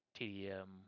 TDM